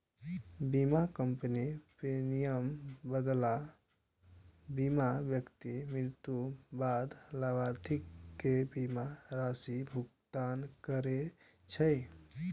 बीमा कंपनी प्रीमियमक बदला बीमित व्यक्ति मृत्युक बाद लाभार्थी कें बीमा राशिक भुगतान करै छै